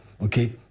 okay